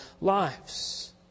lives